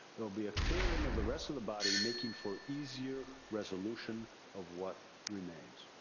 there will be a clearing of the rest of the body, making for easier resolution of what remains.